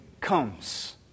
comes